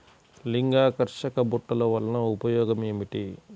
లింగాకర్షక బుట్టలు వలన ఉపయోగం ఏమిటి?